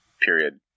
period